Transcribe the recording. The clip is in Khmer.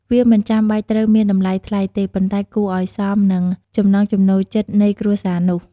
វាមិនចាំបាច់ត្រូវមានតម្លៃថ្លៃទេ ប៉ុន្តែគួរអោយសមនឹងចំណង់ចំណូលចិត្តនៃគ្រួសារនោះ។